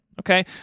okay